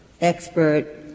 expert